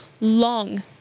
long